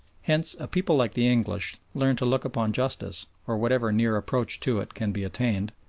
hence a people like the english learn to look upon justice, or whatever near approach to it can be attained,